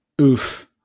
oof